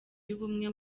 y’ubumwe